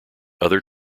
other